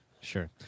Sure